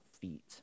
feet